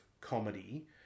comedy